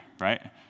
right